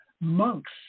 monks